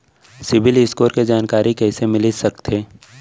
CIBIL score के जानकारी कइसे मिलिस सकथे?